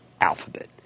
Alphabet